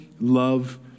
love